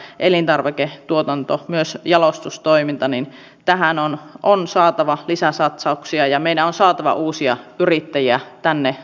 kansa ei luota poliitikkoihin ja meidän tulee nyt omalla toiminnallamme tässä salissa tässä talossa vahvistaa sitä luottamusta niin toistemme kesken kuin äänestäjiemme kesken